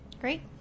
Great